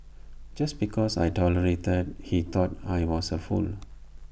just because I tolerated he thought I was A fool